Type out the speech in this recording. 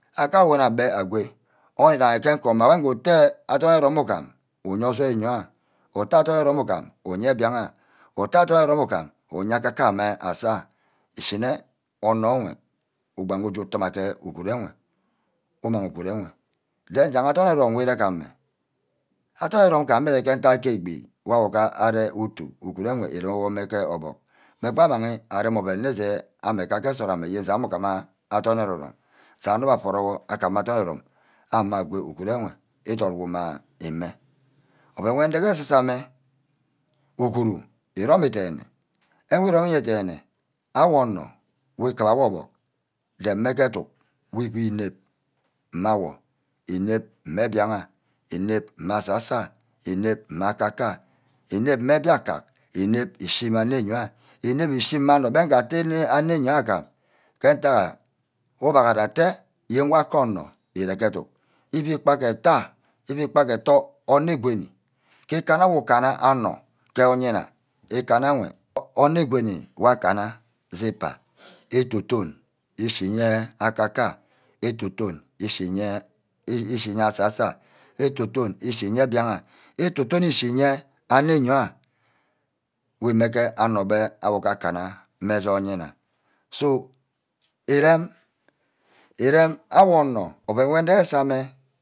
Aka woni agbe agwe ougaham nte komo mma gu utte adorn ere-rome ugam uyour son eyiha utte adorn ere-rome ugam uge mbiagha, utte adorn ere-rome ugam uye akaka your, mme asasor ishineh onor enwe ugba ugu tuma ke uguru enweh, umang uguru enweh. den ja adorn erome rome we ire ka ameh, adorn ero-rome ke ame ire ke ntack eh ke egbi wor arer ke utu uguru enwe uru weh ke orbuck mme bah amang aren oven ke nsort ame, je agam adorn erome-rome, sai onor wor aforowor agima adorn ere-rome, amang mme agwe uguru enwe idot wuma imeh oven wor, ndige ke esa sa mme uguru iromi den-ne ke wor irome ye denne awor onor wor ikiba orbuck dem mme ke educk wor egbi inep mme awor, inep mme mbiaho, inep mme asa-sa awor, inep mme aka-ka wor, inep mme mbiaka, inep ishi mme anor eniha, inep ishi mme anor atte eniha agam ke ntagha ubaghara atte nwa ke onor ire ke educk ebi kpa ke etto, ebi kpa ke etto oneh goni, ke ikan wor ikanna anor ke oyinna, ikanna wor anor goni wor akanna se igpa etoton ishi ye akaka, ishinye eto-ton ishinye ane yoha wu imageh onor beh akana meje ayinna so irem irem awor onor oven wor nde ge sah mme.